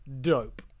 dope